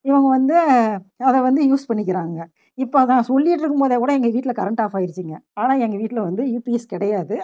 இவங்க வந்து அதை வந்து யூஸ் பண்ணிக்கிறாங்க இப்போ அதான் சொல்லிவிட்டு இருக்கும்போதேகூட எங்கள் வீட்டில் கரண்டு ஆஃப் ஆயிடுச்சுங்க ஆனால் எங்கள் வீட்டில் வந்து யுபிஎஸ் கிடையாது